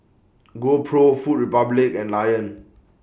GoPro Food Republic and Lion